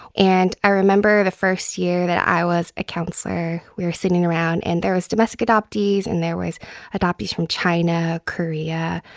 and i remember the first year that i was a counselor, we were sitting around and there was domestic adoptees and there was adoptees from china, korea,